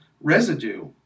residue